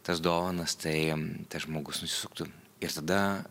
tas dovanas tai tas žmogus nusisuktų ir tada